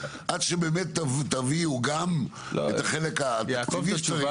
עד שבאמת תביאו גם את החלק התקציבי